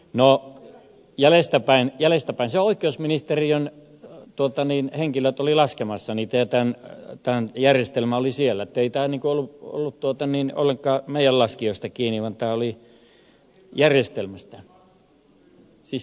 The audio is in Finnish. no oikeusministeriön henkilöt olivat laskemassa niitä ääniä ja tämä järjestelmä oli siellä joten ei tämä ollut ollenkaan meidän laskijoistamme kiinni vaan tämä oli kiinni järjestelmästä siis järjestelmästä